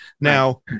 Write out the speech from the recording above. Now